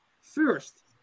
First